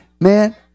man